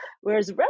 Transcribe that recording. Whereas